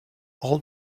all